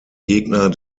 gegner